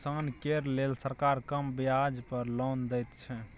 किसान केर लेल सरकार कम ब्याज पर लोन दैत छै